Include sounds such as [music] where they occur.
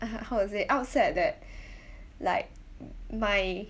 (uh huh) how to say upset that [breath] like m~ my